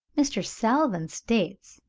mr. salvin states,